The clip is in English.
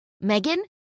Megan